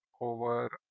over